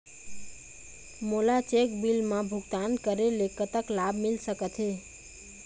मोला cheque bill मा भुगतान करेले कतक लाभ मिल सकथे?